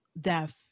deaf